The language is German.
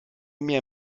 mir